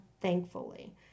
Thankfully